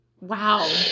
Wow